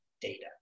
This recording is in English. data